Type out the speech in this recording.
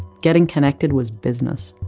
getting connected was business.